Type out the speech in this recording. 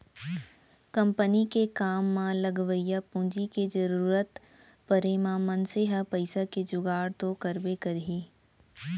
company के काम म लगवइया पूंजी के जरूरत परे म मनसे ह पइसा के जुगाड़ तो करबे करही